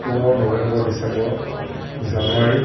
October November December January